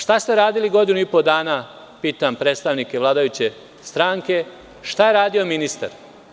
Šta ste radili godinu i po dana, pitam predstavnike vladajuće stranke, šta je radio ministar?